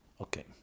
Okay